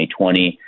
2020